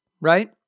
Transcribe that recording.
right